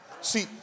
See